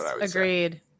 Agreed